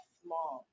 small